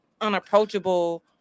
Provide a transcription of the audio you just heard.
unapproachable